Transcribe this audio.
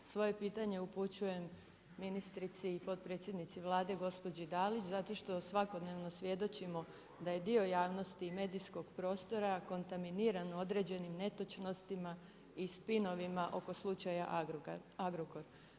Svoje pitanje upućujem ministrici i potpredsjednici Vlade gospođi Dalić zato što svakodnevno svjedočimo da je dio javnosti i medijskog prostora kontaminiran određenim netočnostima i spinovima oko slučaja Agrokor.